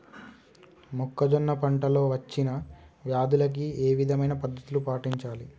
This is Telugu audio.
మొక్కజొన్న పంట లో వచ్చిన వ్యాధులకి ఏ విధమైన పద్ధతులు పాటించాలి?